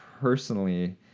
personally